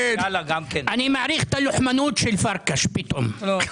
--- אני מעריך את הלוחמנות של פרקש פתאום.